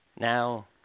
Now